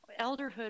elderhood